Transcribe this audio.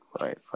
right